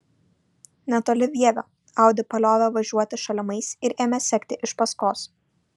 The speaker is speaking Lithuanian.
netoli vievio audi paliovė važiuoti šalimais ir ėmė sekti iš paskos